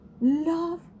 love